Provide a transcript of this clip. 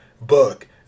book